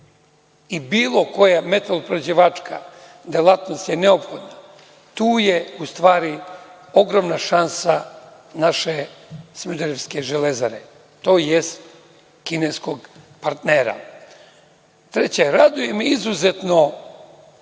i bilo koja metaloprerađivačka delatnost neophodna. Tu je u stvari neophodna šansa naše smederevske „Železare“, tj. kineskog partnera. Treće, raduje me izuzetno